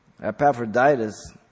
Epaphroditus